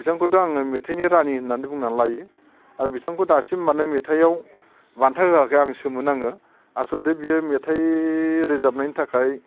बिथांखौथ' आङो मेथाइनि रानि होननानै बुंना लायो आरो बिथांखौ दासिम मानो मेथाइआव बान्था होआखै आं सोमोनाङो आसलथे बियो मेथाइ रोजाबनायनि थाखाय